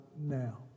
now